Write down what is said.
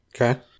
Okay